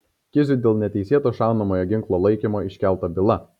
kiziui dėl neteisėto šaunamojo ginklo laikymo iškelta byla